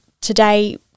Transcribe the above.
today